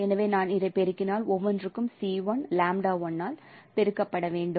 எனவே நான் பெருக்கினால் ஒவ்வொன்றும் இந்த ஆல் பெருக்கப்பட வேண்டும்